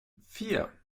vier